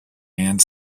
and